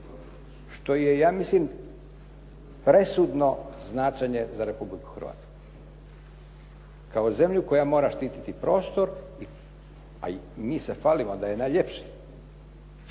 što je ja mislim presudno značenje za Republiku Hrvatsku kao zemlju koja mora štititi prostor, a i mi se hvalimo da je najljepši,